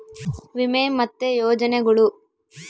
ವಿಮೆ ಮತ್ತೆ ಯೋಜನೆಗುಳು